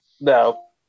No